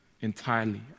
entirely